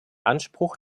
anspruch